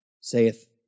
saith